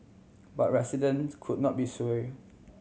but residents could not be sway you